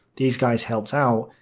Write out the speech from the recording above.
these guys helped out.